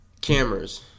cameras